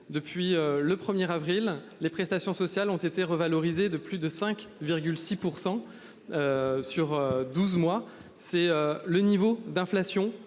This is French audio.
Depuis le premier avril, les prestations sociales ont été revalorisées de plus de 5,6%. Sur 12 mois, c'est le niveau d'inflation